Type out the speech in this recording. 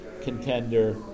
contender